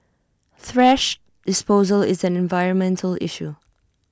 thrash disposal is an environmental issue